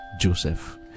Joseph